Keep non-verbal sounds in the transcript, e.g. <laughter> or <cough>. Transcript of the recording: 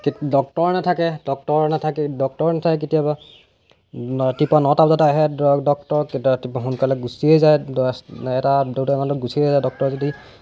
কি ডক্টৰ নাথাকে ডক্টৰ নাথাকি ডক্টৰ নাথাকে কেতিয়াবা ৰাতিপুৱা নটা বজাত আহে ড ডক্টৰ <unintelligible> সোনকালে গুচিয়েই যায় এটা <unintelligible> মানত গুচিয়েই যায় যদি